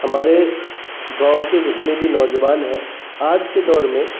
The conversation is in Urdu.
ہمارے گاؤں کے جتنے بھی نوجبان ہیں آج کے دور میں